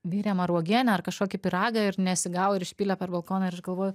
virėm ar uogienę ar kažkokį pyragą ir nesigavo ir išpylė per balkoną ir aš galvoju